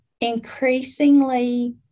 increasingly